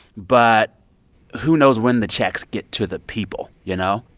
but who knows when the checks get to the people, you know?